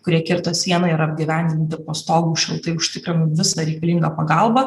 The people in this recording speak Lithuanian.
kurie kirto sieną yra apgyvendinti po stogu šiltai užtikrinant visą reikalingą pagalbą